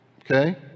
Okay